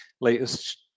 latest